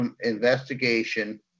investigation